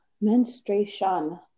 menstruation